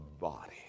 body